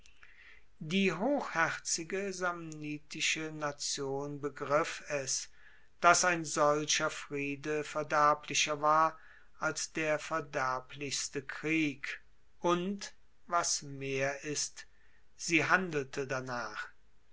die hochherzige samnitische nation begriff es dass ein solcher friede verderblicher war als der verderblichste krieg und was mehr ist sie handelte danach